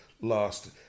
last